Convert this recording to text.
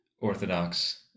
Orthodox